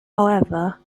however